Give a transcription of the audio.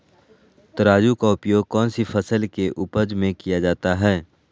तराजू का उपयोग कौन सी फसल के उपज में किया जाता है?